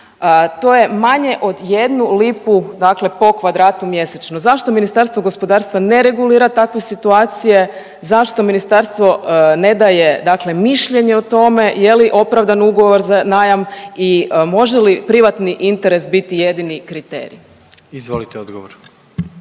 To je manje od 1 lipu dakle po kvadratu mjesečno. Zašto Ministarstvo gospodarstva ne regulira takve situacije, zašto ministarstvo ne daje dakle mišljenje o tome je li opravdan ugovor za najam i može li privatni interes biti jedini kriterij? **Jandroković,